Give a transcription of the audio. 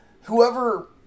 whoever